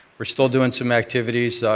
are still doing some activities.